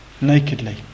nakedly